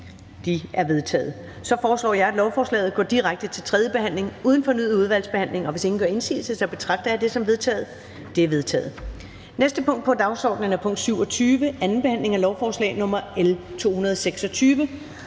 De er vedtaget. Jeg foreslår, at lovforslaget går direkte til tredje behandling uden fornyet udvalgsbehandling. Hvis ingen gør indsigelse, betragter jeg det som vedtaget. Det er vedtaget. --- Det næste punkt på dagsordenen er: 27) 2. behandling af lovforslag nr. L 226: